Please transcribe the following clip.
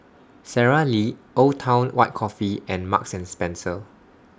Sara Lee Old Town White Coffee and Marks and Spencer